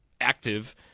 active